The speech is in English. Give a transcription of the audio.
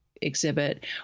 exhibit